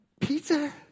pizza